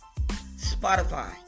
Spotify